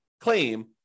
claim